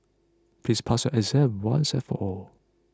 please pass your exam once and for all